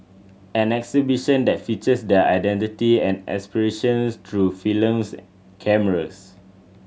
an exhibition that features their identity and aspirations through film cameras